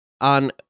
on